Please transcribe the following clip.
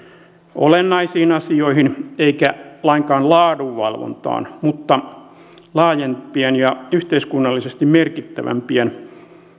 olennaisiin asioihin eikä lainkaan laadunvalvontaan mutta laajempien ja yhteiskunnallisesti merkittävämpien